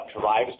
drives